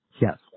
Yes